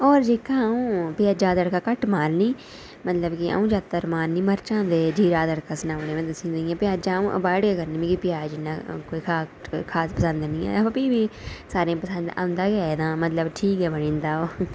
होर जेह्का अ'ऊं प्जाजै दा तड़का घट्ट मारनी मतलब की अ'ऊं जैदातर मारनी मर्चां ते जीरा दा तड़का सनाई ओड़नी में दस्सन लग्गियां प्याजै दा अ'ऊं अवाइड़ करनी मिगी प्याज इन्ना कोई खास पसंद निं ऐ अबो फ्ही बी सारे ई पसंद औंदा गै ऐ मतलब ठीक गै बनी जंदा ओह्